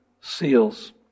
seals